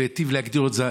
ומרגי היטיב להגדיר את זה.